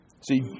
See